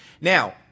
Now